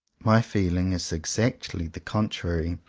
my feeling is exactly the contrary,